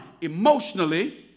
emotionally